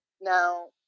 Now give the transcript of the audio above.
now